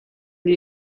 die